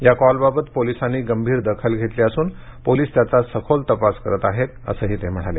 या कॉलबाबत पोलिसांनी गंभीर दखल घेतली असून पोलीस याचा सखोल तपास करत आहेत असंही ते म्हणाले